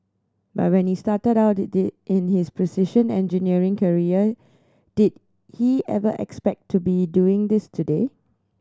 but when he started out the the in his precision engineering career did he ever expect to be doing this today